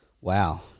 Wow